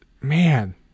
Man